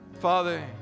Father